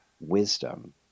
wisdom